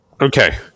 Okay